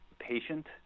patient